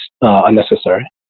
unnecessary